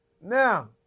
Now